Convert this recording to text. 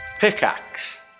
Pickaxe